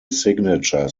signature